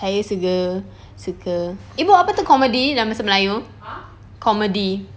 saya suka suka ibu apa itu comedy dalam bahasa melayu !huh! comedy